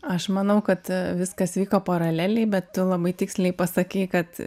aš manau kad viskas vyko paraleliai bet labai tiksliai pasakei kad